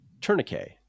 Tourniquet